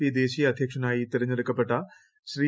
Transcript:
P ദേശീയ അധ്യക്ഷനായി തെരഞ്ഞെടുക്കപ്പെട്ട ശ്രീ